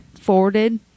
forwarded